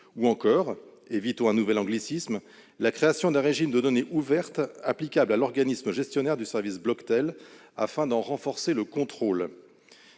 d'un démarchage ou encore la création d'un régime de données ouvertes applicable à l'organisme gestionnaire du service Bloctel, afin d'en renforcer le contrôle.